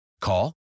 Call